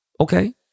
Okay